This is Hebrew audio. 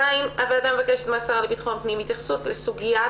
הוועדה מבקשת מהשר לביטחון פנים התייחסות לסוגית